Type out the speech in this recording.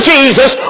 Jesus